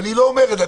ואני לא אומר את זה,